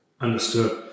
understood